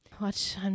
Watch